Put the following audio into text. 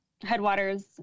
Headwaters